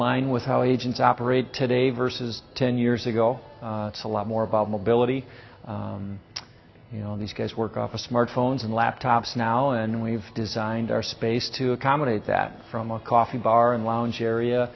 line with how agents operate today versus ten years ago it's a lot more about mobility these guys work off of smart phones and laptops now and we've designed our space to accommodate that from a coffee bar and lounge area